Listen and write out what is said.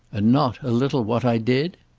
and not, a little, what i did?